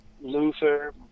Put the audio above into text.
Luther